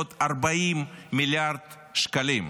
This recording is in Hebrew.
עוד 40 מיליארד שקלים: